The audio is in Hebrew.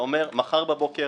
וזה אומר מחר בבוקר